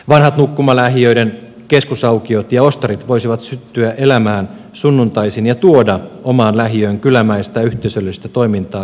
vanhat nukkumalähiöiden keskusaukiot ja ostarit voisivat syttyä elämään sunnuntaisin ja tuoda omaan lähiöön kylämäistä yhteisöllistä toimintaa ja tapahtumaa